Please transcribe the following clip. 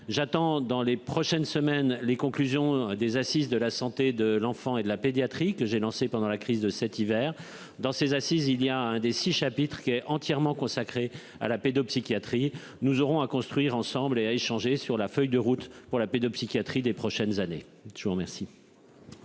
J'attends dans les prochaines semaines les conclusions des assises de la santé de l'enfant et de la pédiatrie que j'ai lancé pendant la crise de cet hiver dans ces assises il y a un des 6 chapitres qui est entièrement consacré à la pédopsychiatrie, nous aurons à construire ensemble et à échanger sur la feuille de route pour la pédopsychiatrie des prochaines années. Je vous remercie.